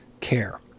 care